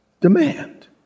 demand